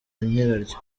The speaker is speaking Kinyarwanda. nyiraryo